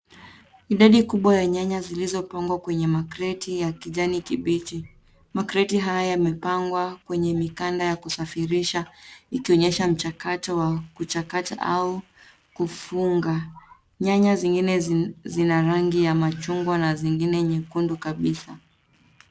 Idadi kubwa ya nyanya zilizopangwa kwenye makreti ya kijani kibichi. Makreti haya yamepangwa kwenye mikanda ya kusafirisha ikionyesha mchakato wa kuchakata au kufunga. Nyanya zingine zina rangi ya machungwa na zingine nyekundu kabisa.